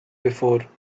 before